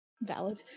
Valid